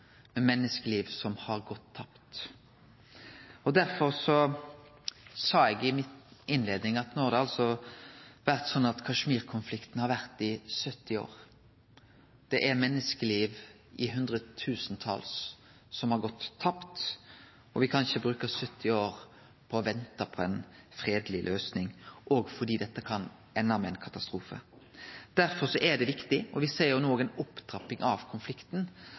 med forferdelege terroraksjonar med menneskeliv som har gått tapt. Derfor sa eg i innleiinga mi at no har det vore slik at Kashmir-konflikten har vart i 70 år. Det er hundre tusentals menneskeliv som har gått tapt, og me kan ikkje bruke 70 år på å vente på ei fredeleg løysing – òg fordi dette kan ende med ein katastrofe. Derfor er det viktig – og me ser no ei opptrapping av konflikten